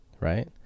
right